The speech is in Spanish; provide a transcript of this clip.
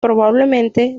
probablemente